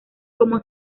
como